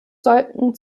sollten